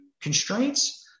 constraints